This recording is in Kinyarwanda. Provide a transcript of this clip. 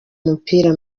umupira